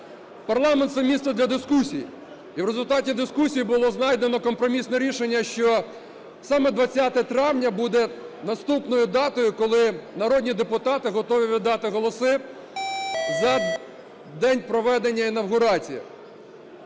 Парламент – це місце для дискусій. І в результаті дискусії було знайдено компромісне рішення, що саме 20 травня буде наступною датою, коли народні депутати готові віддати голоси за день проведення інавгурації.